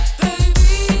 baby